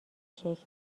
شکل